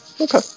Okay